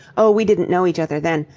oh, we didn't know each other then.